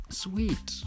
sweet